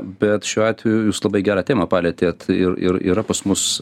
bet šiuo atveju jūs labai gerą temą palietėt ir ir yra pas mus